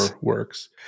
works